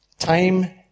Time